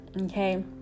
Okay